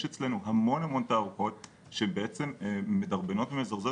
יש אצלנו המון המון תערוכות שהן בעצם מדרבנות ומזרזות